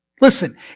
Listen